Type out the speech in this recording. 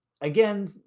again